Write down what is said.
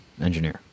engineer